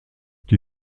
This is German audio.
die